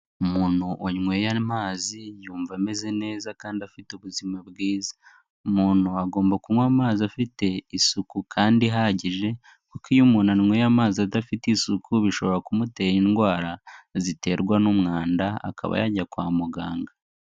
Umuntu wanyweye amazi yumva ameze neza kandi afite ubuzima bwiza, umuntu agomba kunywa amazi afite isuku kandi ihagije, kuko iyo umuntu anyweye amazi adafite isuku bishobora kumutera indwara ziterwa n'umwanda, akaba yajya kwa muganga.